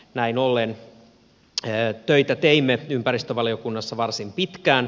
näin ollen teimme töitä ympäristövaliokunnassa varsin pitkään